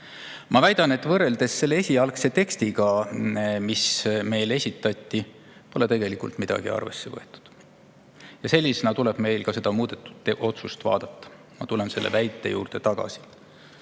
Ma väidan, et võrreldes esialgse tekstiga, mis meile esitati, pole tegelikult midagi arvesse võetud. Ja sellisena tuleb meil seda muudetud otsust vaadata. Ma tulen selle väite juurde tagasi,